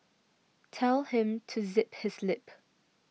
tell him to zip his lip